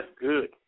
good